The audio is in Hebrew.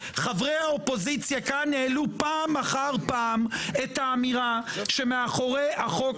חברי האופוזיציה כאן העלו פעם אחר פעם את האמירה שמאחורי החוק